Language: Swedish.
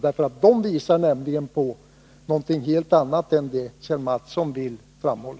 De visar nämligen på någonting helt annat än vad Kjell Mattsson vill framhålla.